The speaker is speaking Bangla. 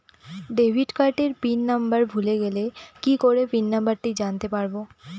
ডেবিট কার্ডের পিন নম্বর ভুলে গেলে কি করে পিন নম্বরটি জানতে পারবো?